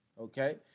okay